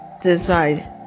decide